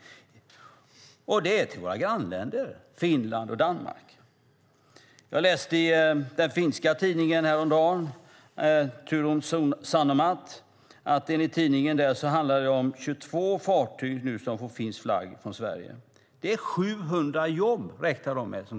De flaggas ut till våra grannländer Finland och Danmark. I den finska tidningen Turun Sanomat läste jag häromdagen att det handlar om 22 svenska fartyg som nu får finsk flagg. Man räknar med att 700 jobb